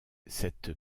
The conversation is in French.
cette